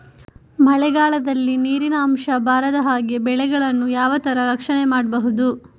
ಮಳೆಗಾಲದಲ್ಲಿ ನೀರಿನ ಅಂಶ ಬಾರದ ಹಾಗೆ ಬೆಳೆಗಳನ್ನು ಯಾವ ತರ ರಕ್ಷಣೆ ಮಾಡ್ಬಹುದು?